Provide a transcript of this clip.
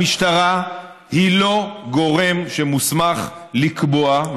המשטרה היא לא גורם שמוסמך לקבוע,